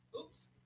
Oops